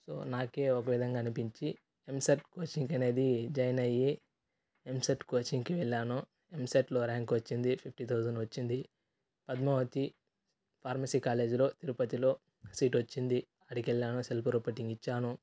so నాకే ఒకవిధంగా అనిపించి ఎంసెట్ కోచింగ్ అనేది జాయిన్ అయ్యి ఎంసెట్ కోచింగ్కి వెళ్లాను ఎంసెట్లో ర్యాంక్ వచ్చింది ఫిఫ్టీ థౌసండ్ వచ్చింది పద్మావతి ఫార్మసీ కాలేజీలో తిరుపతిలో సీట్ వచ్చింది ఆడికెళ్ళాను సెల్ఫ్ రిపోర్టింగ్ ఇచ్చాను